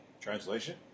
Translation